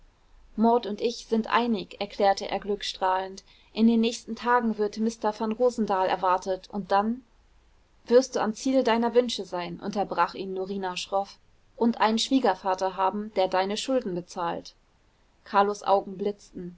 maud und ich sind einig erzählte er glückstrahlend in den nächsten tagen wird mister vanrosendahl erwartet und dann wirst du am ziel deiner wünsche sein unterbrach ihn norina schroff und einen schwiegervater haben der deine schulden bezahlt carlos augen blitzten